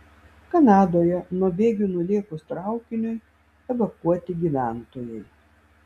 kanadoje nuo bėgių nulėkus traukiniui evakuoti gyventojai